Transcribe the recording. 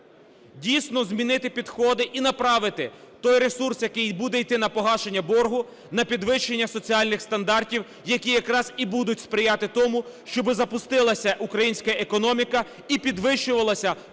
дійсно змінити підходи і направити той ресурс, який буде іти на погашення боргу, на підвищення соціальних стандартів, які якраз і будуть сприяти тому, щоби запустилася українська економіка і підвищувалася